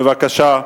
בבקשה.